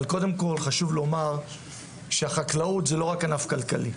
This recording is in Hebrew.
חשוב לומר שהחקלאות זה לא רק ענף כלכלי,